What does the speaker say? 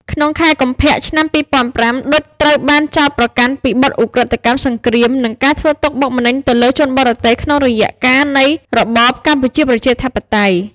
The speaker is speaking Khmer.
ក្នុងខែ កុម្ភៈ ឆ្នាំ២០០៥ ឌុច ត្រូវបានចោទ ប្រកាន់ពីបទឧក្រិដ្ឋកម្មសង្គ្រាមនិងការធ្វើទុក្ខបុកម្នេញទៅលើជនបរទេសក្នុងរយៈកាលនៃរបបកម្ពុជាប្រជាធិបតេយ្យ ។